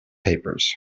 papers